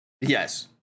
Yes